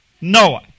Noah